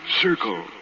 circle